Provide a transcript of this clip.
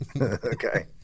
okay